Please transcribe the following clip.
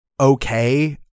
okay